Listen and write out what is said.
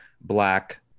black